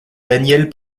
daniel